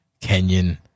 Kenyan